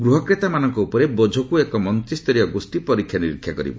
ଗୃହକ୍ରେତାମାନଙ୍କ ଉପରେ ବୋଝକୁ ଏକ ମନ୍ତିସରୀୟ ଗୋଷୀ ପରୀକ୍ଷା ନିରୀକ୍ଷା କରିବ